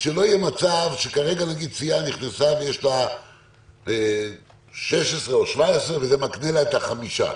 שבמצב שלסיעה יש 16 או 17, שזה מקנה לה את החמישה,